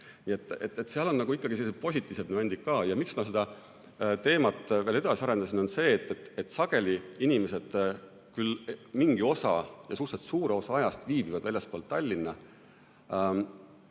seal on ikkagi positiivsed momendid ka. Ja miks ma seda teemat veel edasi arendasin, on see, et sageli inimesed küll mingi osa ja suhteliselt suure osa ajast viibivad väljaspool Tallinna,